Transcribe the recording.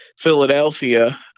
Philadelphia